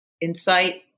Insight